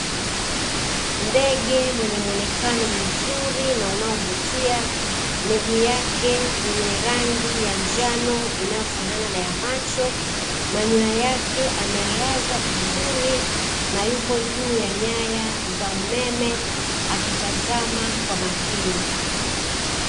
Ndege mwenye muonekano mzuri na unaovutia, miguu yake yenye rangi ya njano inayofanana na yamacho, manyoya yake ameyalaza vizuri na yupo juu ya nyaya za umeme akitazama kwa makini.